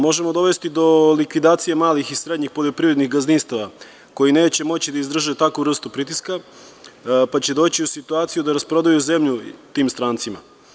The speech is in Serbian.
Može dovesti do likvidacije malih i srednjih poljoprivrednih gazdinstva koji neće moći da izdrže takvu vrstu pritiska pa će doći u situaciju da rasprodaju zemlju tim strancima.